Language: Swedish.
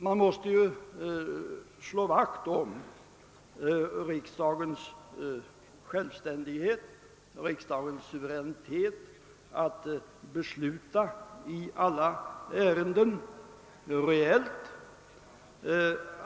Vi måste slå vakt om riksdagens självständighet, om riksdagens suveränitet att reellt besluta i alla ärenden.